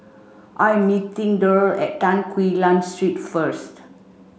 I am meeting Derl at Tan Quee Lan Street first